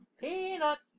Peanuts